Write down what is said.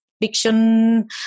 fiction